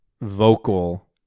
vocal